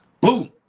boom